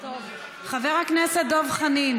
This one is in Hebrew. נאזם